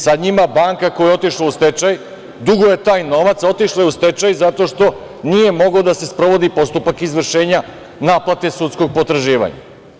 Sada njima banka, koja je otišla u stečaj, duguje taj novac, a otišla je u stečaj zato što nije mogao da se sprovodi postupak izvršenja naplate sudskog potraživanja.